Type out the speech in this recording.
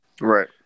Right